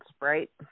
right